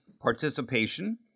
Participation